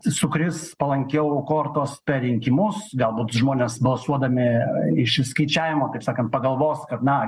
sukris palankiau kortos per rinkimus galbūt žmonės balsuodami iš išskaičiavimo taip sakant pagalvos kad na